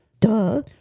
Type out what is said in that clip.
Duh